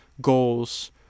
goals